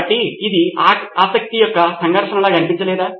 కాబట్టి ఇది ఆసక్తి సంఘర్షణలాగా అనిపించలేదా